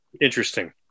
Interesting